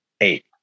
Eight